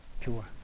pure